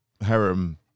harem